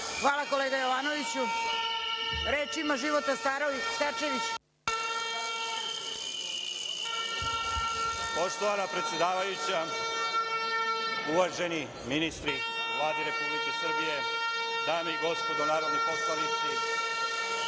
Hvala kolega Jovanoviću. Reč ima Života Starčević. **Života Starčević** Poštovana predsedavajuća, uvaženi ministri Vlade Republike Srbije, dame i gospodo narodni poslanici,